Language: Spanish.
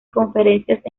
conferencias